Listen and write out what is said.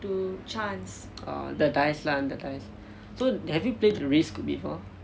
orh the dice lah the dice so have you played the risk before